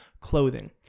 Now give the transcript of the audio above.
clothing